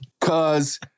Cause